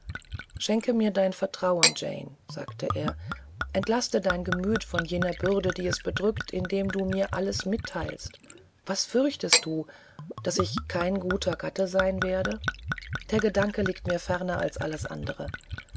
schenk mir dein vertrauen jane sagte er entlaste dein gemüt von jeder bürde die es bedrückt indem du mir alles mitteilst was fürchtest du daß ich kein guter gatte sein werde der gedanke liegt mir ferner als alle anderen